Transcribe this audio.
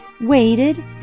waited